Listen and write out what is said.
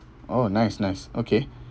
oh nice nice okay